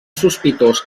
sospitós